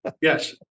Yes